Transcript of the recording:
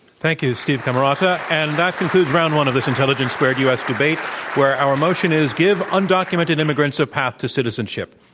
thank you, steve camarota. and that concludes round one of this intelligence squared u. s. debate where our motion is give undocumented immigrants a path to citizenship.